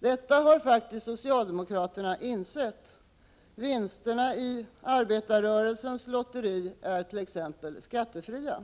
Det har faktiskt socialdemokraterna insett, vinsterna i arbetarrörelsens lotteri t.ex. är skattefria.